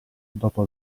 dopo